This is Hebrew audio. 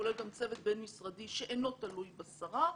שכולל גם צוות בין-משרדי שאינו תלוי בשרה,